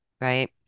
Right